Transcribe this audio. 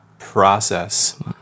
process